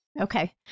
Okay